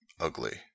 ugly